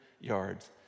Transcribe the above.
yards